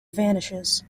vanishes